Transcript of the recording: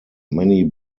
many